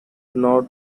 north